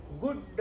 good